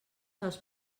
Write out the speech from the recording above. dels